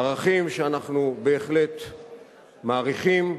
ערכים שאנחנו בהחלט מעריכים,